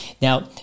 Now